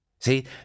See